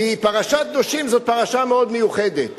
כי פרשת קדושים זאת פרשה מאוד מיוחדת.